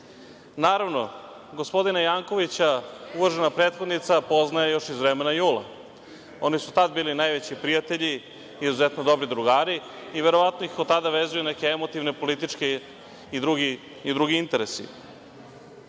Naravno, gospodina Jankovića uvažena prethodnica poznaje još iz vremena Jula. Oni su tada bili najveći prijatelji, izuzetno dobri drugari i verovatno ih od tada vezuju neki emotivni politički i drugi interesi. Hoću